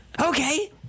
okay